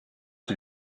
qui